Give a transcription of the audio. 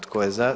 Tko je za?